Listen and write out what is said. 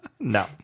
No